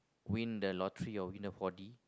win the lottery or win the four D